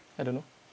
I don't know